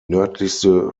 nördlichste